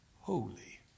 holy